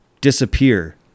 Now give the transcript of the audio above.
disappear